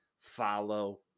follow